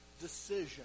decision